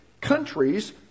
countries